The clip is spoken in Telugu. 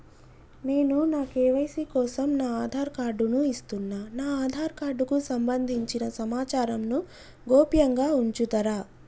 నేను నా కే.వై.సీ కోసం నా ఆధార్ కార్డు ను ఇస్తున్నా నా ఆధార్ కార్డుకు సంబంధించిన సమాచారంను గోప్యంగా ఉంచుతరా?